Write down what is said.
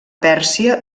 pèrsia